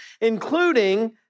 including